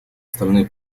остальные